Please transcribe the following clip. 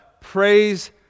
praise